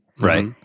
Right